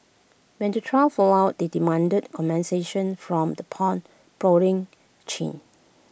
when the trio found out they demanded compensation from the pawnbroking chain